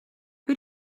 who